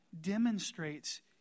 demonstrates